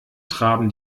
traben